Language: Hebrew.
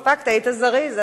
הספקת, היית זריז.